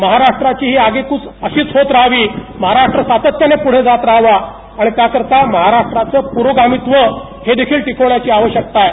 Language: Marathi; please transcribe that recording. महाराष्ट्राची हि आगेकूच अशीच होत राहावी महाराष्ट्र सातत्याने पुढे जात राहावा त्यासाठी महाराष्ट्राचे प्रोगामित्व हे देखील टिकवण्याची आवशक्यता आहे